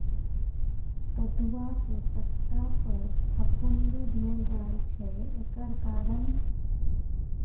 कदुआ के पता पर फफुंदी भेल जाय छै एकर कारण?